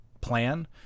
plan